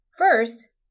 First